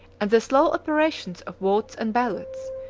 and the slow operations of votes and ballots,